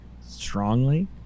strongly